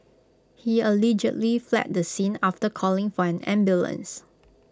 he allegedly fled the scene after calling for an ambulance